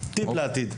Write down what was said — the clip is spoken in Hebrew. טיפ לעתיד.